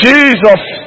Jesus